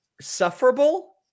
sufferable